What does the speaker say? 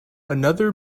another